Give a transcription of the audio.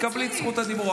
תקבלי את זכות הדיבור,